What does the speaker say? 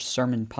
Sermon